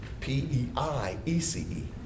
P-E-I-E-C-E